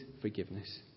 forgiveness